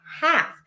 half